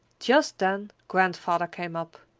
just then grandfather came up.